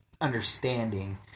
understanding